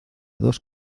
dos